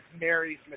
Mary's